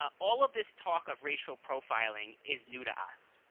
ah all of this talk of racial profiling is new to us.